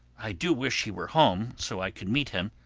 i do wish he were home so i could meet him.